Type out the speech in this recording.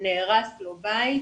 נהרס לו בית.